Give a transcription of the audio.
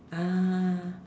ah